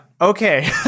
Okay